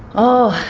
oh,